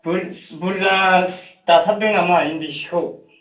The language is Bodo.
बुरजा दाथारदों नामा इन्दि सिखौ